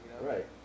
Right